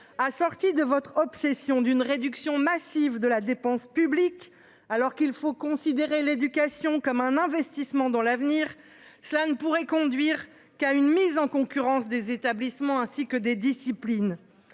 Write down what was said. a sorti de votre obsession d'une réduction massive de la dépense publique alors qu'il faut considérer l'éducation comme un investissement dans l'avenir. Cela ne pourrait conduire qu'à une mise en concurrence des établissements, ainsi que des disciplines.